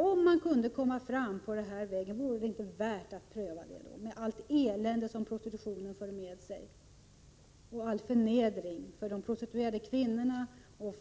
Om man kunde komma fram på den vägen, vore det då inte värt att pröva det, med tanke på allt elände som prostitutionen för med sig — all förnedring för de prostituerade kvinnorna,